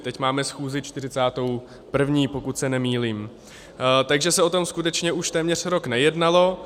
Teď máme schůzi 41., pokud se nemýlím, takže se o tom skutečně už téměř rok nejednalo.